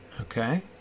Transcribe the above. Okay